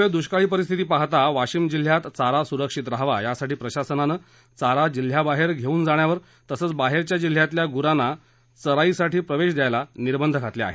संभाव्य दुष्काळी परिस्थिती पाहता वाशिम जिल्ह्यात चारा सुरक्षित रहावा यासाठी प्रशासनानं चारा जिल्ह्याबाहेर घेवून जाण्यास आणि बाहेरच्या जिल्ह्यातल्या गुरांना चराईसाठी प्रवेश द्यायला निर्बंध घातले आहेत